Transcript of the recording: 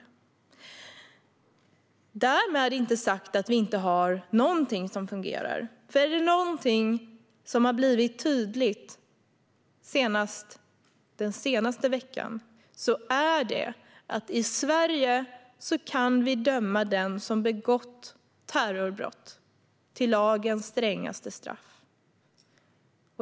Därmed inte sagt att vi inte har någonting som fungerar, för är det någonting som har blivit tydligt så sent som nu i veckan är det att vi i Sverige kan döma den som har begått terrorbrott till lagens strängaste straff.